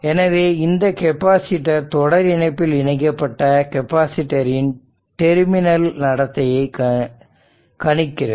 எனவே இந்த கெப்பாசிட்டர் தொடர் இணைப்பில் இணைக்கப்பட்ட கெப்பாசிட்டர் ன் டெர்மினல் நடத்தையை கணிக்கிறது